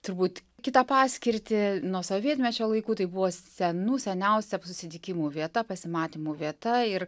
turbūt kitą paskirtį nuo sovietmečio laikų tai buvo senų seniausia susitikimų vieta pasimatymų vieta ir